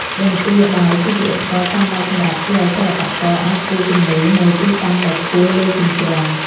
រន្ទាដែក គឺជាឧបករណ៍ចាំបាច់សម្រាប់ជួយឱ្យសិល្បករអាចគូរគំនូរនៅទីតាំងដែលខ្ពស់លើជញ្ជាំង។